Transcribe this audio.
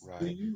Right